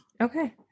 Okay